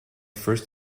first